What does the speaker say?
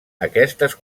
aquestes